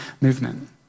movement